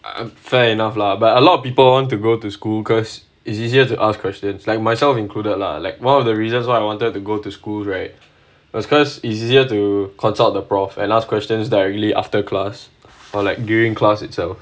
fair enough lah but a lot of people want to go to school because it's easier to ask questions like myself included lah like one of the reasons why I wanted to go to school right was because easier to consult the professor and last questions directly after class or like during class itself